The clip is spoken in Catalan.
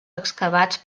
excavats